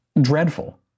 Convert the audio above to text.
dreadful